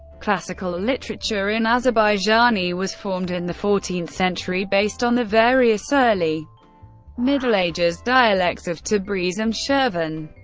classical literature in azerbaijani was formed in the fourteenth century based on the various early middle ages dialects of tabriz and shirvan.